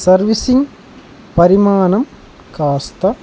serving పరిమాణం కాస్త